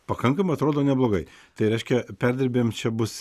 pakankamai atrodo neblogai tai reiškia perdirbėjam čia bus